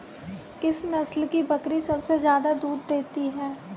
किस नस्ल की बकरी सबसे ज्यादा दूध देती है?